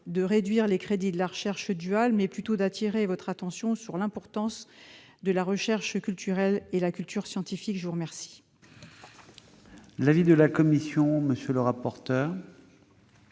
de réduire les crédits de la recherche duale, mais plutôt d'attirer votre attention sur l'importance de la recherche culturelle et de la culture scientifique. Quel est l'avis de la commission ? Ma chère